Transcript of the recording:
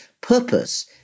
purpose